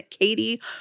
Katie